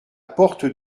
porte